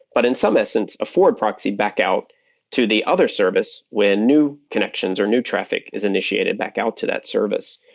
but in some essence a forward proxy back out to the other service when new connections, or new traffic is initiated back out to that service.